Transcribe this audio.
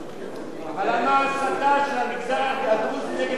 אבל למה ההסתה של המגזר הדרוזי נגד הממשלה?